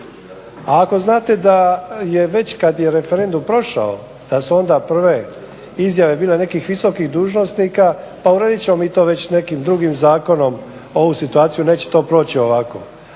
Ako znate da je već kad je referendum prošao da su onda prve izjave bile nekih visokih dužnosnika pa uredit ćemo mi to već nekim drugim zakonom ovu situaciju, neće to proći ovako.